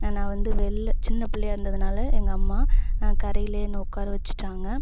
நான் வந்து வெளிள சின்ன பிள்ளையா இருந்ததுனால எங்கள் அம்மா கரையில என்ன உட்காரவச்சிட்டாங்க